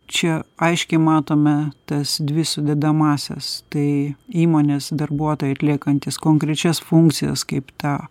čia aiškiai matome tas dvi sudedamąsias tai įmonės darbuotojai atliekantys konkrečias funkcijas kaip ta